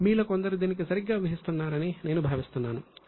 మీలో కొందరు దీనికి సరిగ్గా ఊహిస్తున్నారని నేను భావిస్తున్నాను